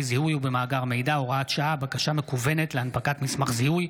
זיהוי ובמאגר מידע (הוראת שעה) (בקשה מקוונת להנפקת מסמך זיהוי),